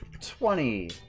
Twenty